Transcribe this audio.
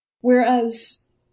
Whereas